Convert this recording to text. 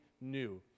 new